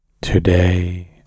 Today